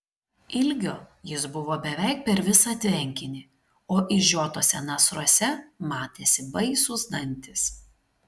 ilgio jis buvo beveik per visą tvenkinį o išžiotuose nasruose matėsi baisūs dantys